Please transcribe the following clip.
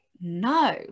No